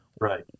Right